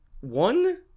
One